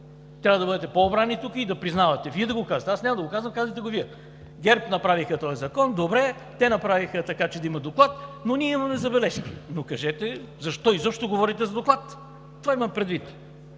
Трябва да бъдете по-обрани тук и да признавате. Вие да го казвате, аз няма да го казвам, казвайте го Вие: ГЕРБ направи този закон, добре, те направиха така, че да има Доклад, но ние имаме забележки. Кажете защо изобщо говорите за Доклад!? Това имам предвид.